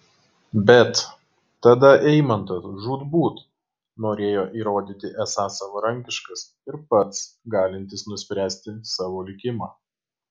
bet tada eimantas žūtbūt norėjo įrodyti esąs savarankiškas ir pats galintis nuspręsti savo likimą